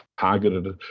targeted